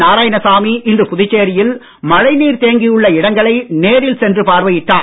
நாராயணசாமி இன்று புதுச்சேரியில் மழை நீர் தேங்கியுள்ள இடங்களை நேரில் சென்று பார்வையிட்டார்